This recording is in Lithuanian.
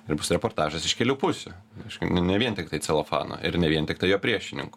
ir bus reportažas iš kelių pusių aišku ne ne vien tiktai celofano ir ne vien tiktai jo priešininkų